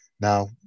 now